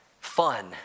fun